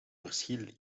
verschil